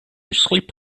sleep